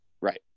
Right